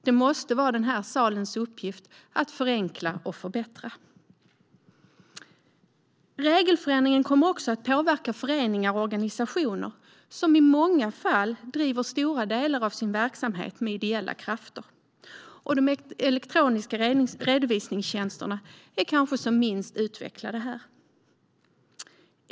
Det måste vara vår uppgift, vi som sitter i den här salen, att förenkla och förbättra. Regelförändringen kommer också att påverka föreningar och organisationer, som i många fall driver stora delar av sin verksamhet genom ideella krafter, och de elektroniska redovisningstjänsterna är kanske som minst utvecklade här.